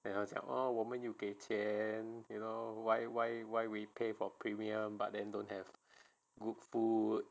then 他讲 oh 我们有给钱 you know why why why we pay for premium but then don't have good food